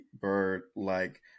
bird-like